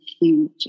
huge